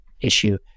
issue